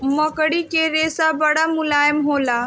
मकड़ी के रेशा बड़ा मुलायम होला